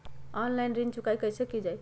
Online ऋण चुकाई कईसे की ञाई?